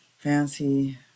fancy